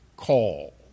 call